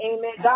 Amen